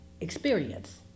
experience